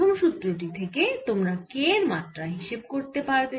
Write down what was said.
প্রথম সুত্র টি থেকে তোমরা k এর মাত্রা হিসেব করতে পারবে